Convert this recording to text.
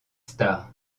star